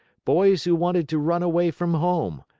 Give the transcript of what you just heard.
boys who wanted to run away from home,